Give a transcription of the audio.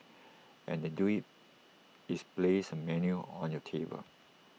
and they do IT is place A menu on your table